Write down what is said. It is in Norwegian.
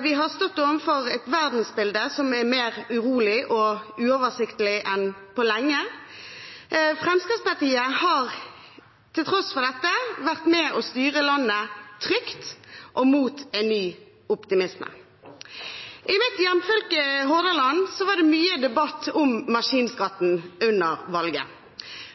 Vi har stått overfor et verdensbilde som er mer urolig og uoversiktlig enn på lenge. Fremskrittspartiet har til tross for dette vært med og styre landet trygt og mot en ny optimisme. I mitt hjemfylke, Hordaland, var det mye debatt om maskinskatten under valget.